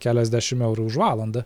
keliasdešim eurų už valandą